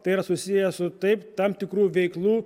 tai yra susiję su taip tam tikrų veiklų